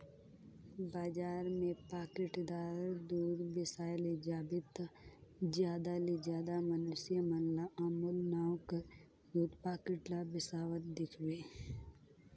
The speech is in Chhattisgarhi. बजार में पाकिटदार दूद बेसाए ले जाबे ता जादा ले जादा मइनसे मन ल अमूल नांव कर दूद पाकिट ल बेसावत देखबे